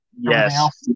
Yes